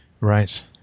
Right